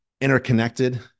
interconnected